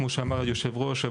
כמו שאמר היושב-ראש,